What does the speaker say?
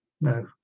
No